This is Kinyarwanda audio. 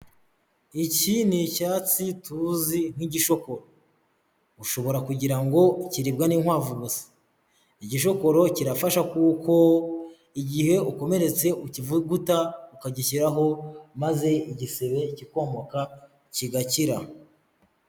Iki ni icyatsi tuzi nk'igishoko, ushobora kugira ngo kiribwa n'inkwavu gusa, igishokoro kirafasha kuko igihe ukomeretse ukivuguta ukagishyiraho maze igisebe kikomoka, kigakira